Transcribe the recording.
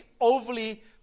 overly